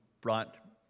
brought